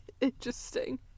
Interesting